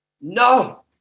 No